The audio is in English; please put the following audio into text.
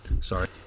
Sorry